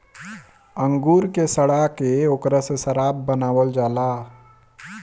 अंगूर के सड़ा के ओकरा से शराब बनावल जाला